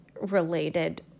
related